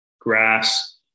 grass